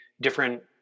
different